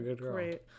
Great